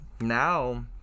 now